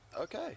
Okay